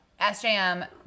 SJM